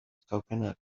coconut